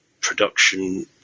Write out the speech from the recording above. production